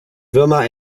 würmer